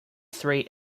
three